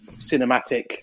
cinematic